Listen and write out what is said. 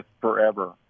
forever